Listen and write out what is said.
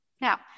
now